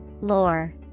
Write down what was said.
Lore